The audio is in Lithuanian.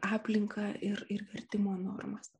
aplinką ir ir vertimo normas